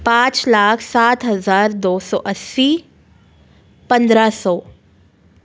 पाँच लाख सात हज़ार दो सौ अस्सी पंद्रह सौ